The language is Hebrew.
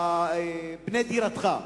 "בנה דירתך".